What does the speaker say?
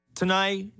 tonight